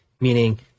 Meaning